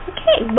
Okay